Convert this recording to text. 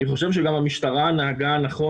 אני חושב שגם המשטרה נהגה נכון.